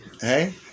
hey